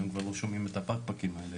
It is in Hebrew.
היום כבר לא שומעים את ה"פקפקים" האלה,